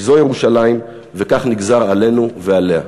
כי זו ירושלים וכך נגזר עלינו ועליה.